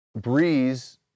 Breeze